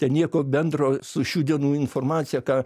ten nieko bendro su šių dienų informacija ką